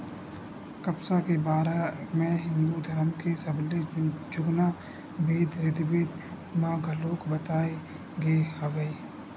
कपसा के बारे म हिंदू धरम के सबले जुन्ना बेद ऋगबेद म घलोक बताए गे हवय